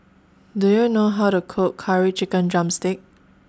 Do YOU know How to Cook Curry Chicken Drumstick